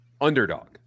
underdog